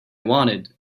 wanted